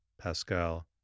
Pascal